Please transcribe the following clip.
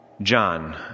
John